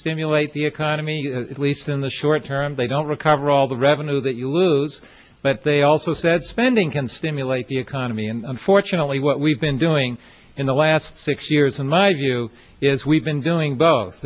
stimulate the economy at least in the short term they don't recover all the revenue that you lose but they also said spending can stimulate the economy and unfortunately what we've been doing in the last six years in my view is we've been doing both